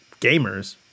gamers